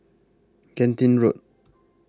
Genting Road